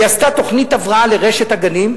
היא עשתה תוכנית הבראה לרשת הגנים,